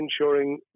ensuring